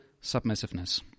submissiveness